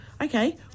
Okay